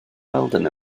bwriadu